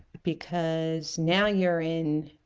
because now you're in